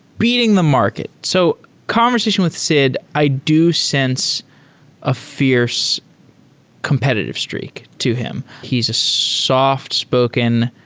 beating the market. so conversation with sid, i do sense a fi erce competitive streak to him. he's a soft-spoken,